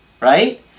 right